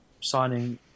signing